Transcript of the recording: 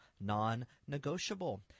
non-negotiable